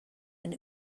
and